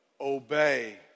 Obey